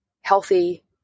healthy